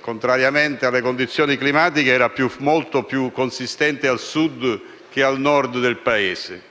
contrariamente alle condizioni climatiche, era molto più consistente al Sud che al Nord del Paese?